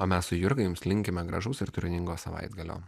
o mes su jurga jums linkime gražaus ir turiningo savaitgalio